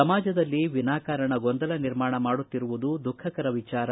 ಸಮಾಜದಲ್ಲಿ ವಿನಾಕಾರಣ ಗೊಂದಲ ನಿರ್ಮಾಣ ಮಾಡುತ್ತಿರುವುದು ದುಃಖಕರವಾದ ವಿಚಾರ